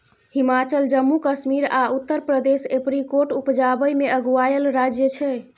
हिमाचल, जम्मू कश्मीर आ उत्तर प्रदेश एपरीकोट उपजाबै मे अगुआएल राज्य छै